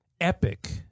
epic